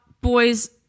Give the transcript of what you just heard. boys